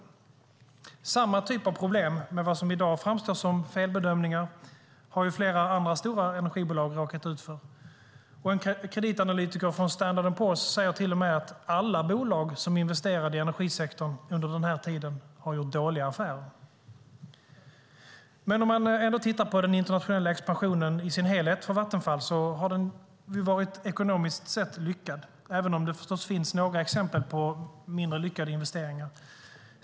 Samma typ av problem med vad som i dag framstår som felbedömningar har flera andra stora energibolag råkat ut för. En kreditanalytiker från Standard & Poors säger till och med att alla bolag som investerade i energisektorn under den här tiden har gjort dåliga affärer. När det gäller Vattenfalls internationella expansion i sin helhet har den ekonomiskt sett varit lyckad, även om det förstås finns några exempel på mindre lyckade investeringar.